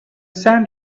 sand